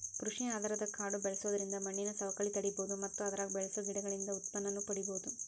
ಕೃಷಿ ಆಧಾರದ ಕಾಡು ಬೆಳ್ಸೋದ್ರಿಂದ ಮಣ್ಣಿನ ಸವಕಳಿ ತಡೇಬೋದು ಮತ್ತ ಅದ್ರಾಗ ಬೆಳಸೋ ಗಿಡಗಳಿಂದ ಉತ್ಪನ್ನನೂ ಪಡೇಬೋದು